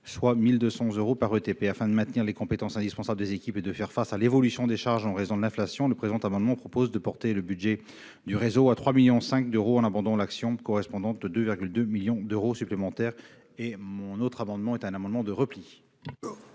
soit 1 200 euros par ETP. Afin de maintenir les compétences indispensables des équipes et de faire face à l'évolution des charges en raison de l'inflation, le présent amendement vise à porter le budget du réseau à 3,5 millions d'euros en abondant l'action correspondante de 2,2 millions d'euros supplémentaires. L'amendement n° II-905 rectifié, qui